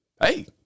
hey